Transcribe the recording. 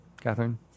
Catherine